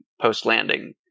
post-landing